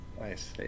Nice